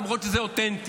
למרות שזה אותנטי.